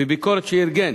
בביקורת שארגן